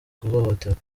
guhohoterwa